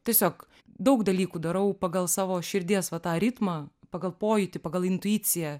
tiesiog daug dalykų darau pagal savo širdies va tą ritmą pagal pojūtį pagal intuiciją